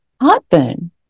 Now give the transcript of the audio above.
heartburn